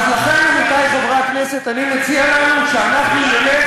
לאומית-חברתית, כך אנחנו קוראים לעצמנו.